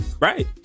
Right